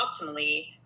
optimally